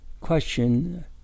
question